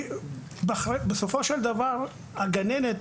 בסופו של דבר הגננת,